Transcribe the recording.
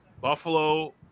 Buffalo